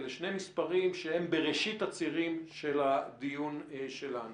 אלה שני מספרים שהם בראשית הצירים של הדיון שלנו.